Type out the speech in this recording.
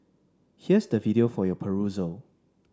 here's the video for your perusal